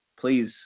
please